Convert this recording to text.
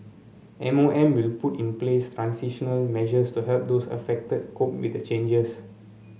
M O M will put in place transitional measures to help those affected cope with the changes